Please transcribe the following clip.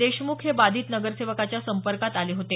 देशमुख हे बाधित नगरसेवकाच्या संपर्कात आले होते